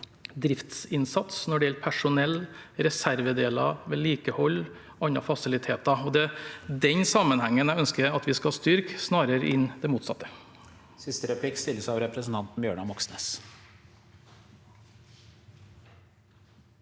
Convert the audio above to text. driftsinnsats når det gjelder personell, reservedeler, vedlikehold og andre fasiliteter. Det er den sammenhengen jeg ønsker at vi skal styrke, snarere enn det motsatte.